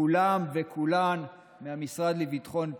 כולם וכולן מהמשרד לביטחון פנים,